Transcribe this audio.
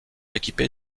équipée